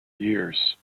years